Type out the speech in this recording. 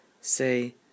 say